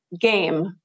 game